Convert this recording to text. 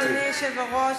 אדוני היושב-ראש,